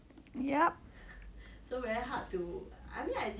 ya lah it's quite weird